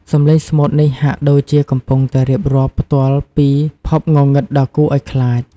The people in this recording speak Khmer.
សំឡេងស្មូតនេះហាក់ដូចជាកំពុងតែរៀបរាប់ផ្ទាល់ពីភពងងឹតដ៏គួរឲ្យខ្លាច។